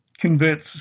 converts